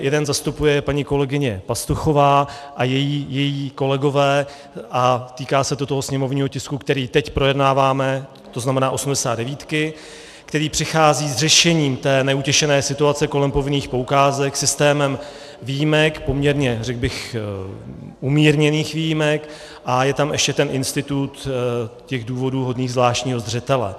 Jeden zastupuje paní kolegyně Pastuchová a její kolegové a týká se to sněmovního tisku, který teď projednáváme, to znamená 89, který přichází s řešením neutěšené situace kolem povinných poukázek systémem výjimek, řekl bych umírněných výjimek, a je tam ještě ten institut důvodů hodných zvláštního zřetele.